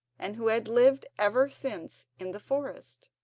and who had lived ever since in the forest.